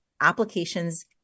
applications